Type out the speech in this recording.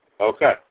okay